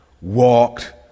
walked